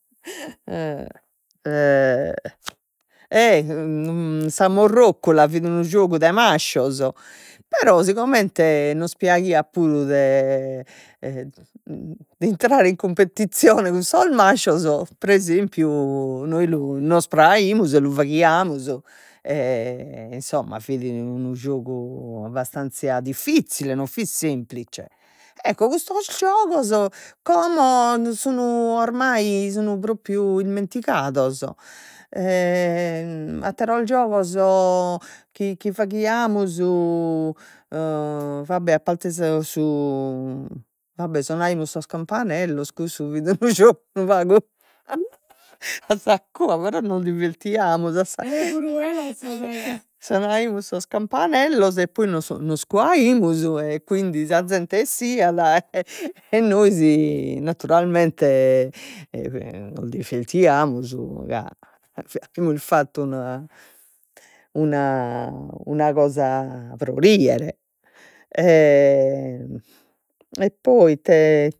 sa morrocula fit unu giogu de mascios, però si comente nos piaghiat puru de intrare in cumpetizione cun sos mascios, pre esempiu nois lu nos proaimus e lu faghiamus insomma fit unu giogu abbastanzia diffizzile non fit semplize, ecco custos giogos como sun oramai sun propriu ismentigados, e atteros giogos chi chi faghiamus va be' a parte sa su va bè sonaimus sos campanellos, cussu fit unu giogu unu pagu a sa cua però nos divertiamus sonaimus sos campanellos e poi nos nos cuaimus e quindi sa zente 'essiat e nois naturalmente nos divertiamus ca fattu una una cosa pro rier e poi ite